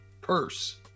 purse